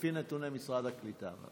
לפי נתוני משרד הקליטה.